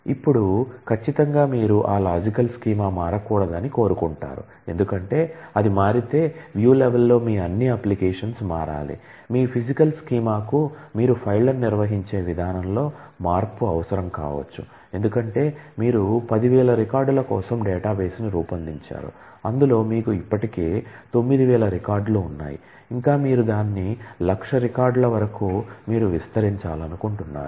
ఇప్పుడు ఖచ్చితంగా మీరు ఆ లాజికల్ స్కీమా కు మీరు ఫైళ్ళను నిర్వహించే విధానంలో మార్పు అవసరం కావచ్చు ఎందుకంటే మీరు 10000 రికార్డుల కోసం డేటాబేస్ ని రూపొందించారు అందులో మీకు ఇప్పటికే 9000 రికార్డులు ఉన్నాయి ఇంకా మీరు దాన్ని100000 రికార్డులు వరకు మీరు విస్తరించాలనుకుంటున్నారు